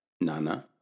Nana